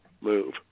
move